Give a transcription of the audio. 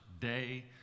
day